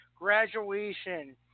graduation